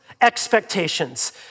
expectations